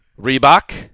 Reebok